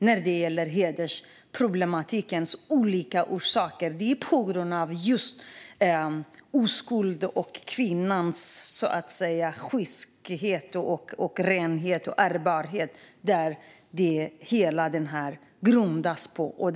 När det gäller hedersproblematikens olika orsaker är det viktigt att komma ihåg att det hela grundas på oskuld och på kvinnans kyskhet, renhet och ärbarhet.